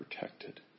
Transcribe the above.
protected